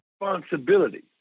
responsibility